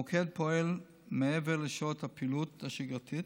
המוקד פועל מעבר לשעות הפעילות השגרתיות